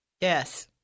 Yes